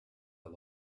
are